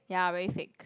ya very fake